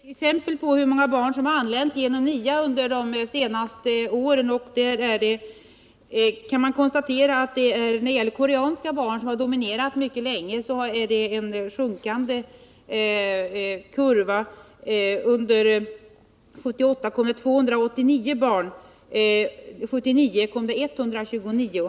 Herr talman! Jag kan ge ett exempel på hur många barn som har anlänt genom NIA under de senaste åren, och det gäller de koreanska barnen, som har dominerat mycket länge. Man kan konstatera att det är en sjunkande kurva. Under 1978 kom det 289 barn, och under 1979 var antalet 129.